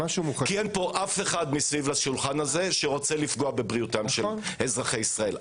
כי אין פה אחד מסביב לשולחן הזה שרוצה לפגוע בבריאות אזרחי ישראל.